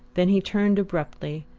then he turned abruptly,